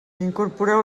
incorporeu